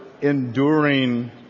enduring